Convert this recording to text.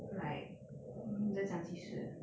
like 你在讲几时